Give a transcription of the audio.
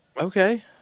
Okay